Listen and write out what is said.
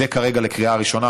זה כרגע לקריאה ראשונה.